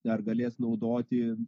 dar galės naudoti